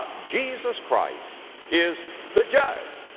jesus christ is the judge.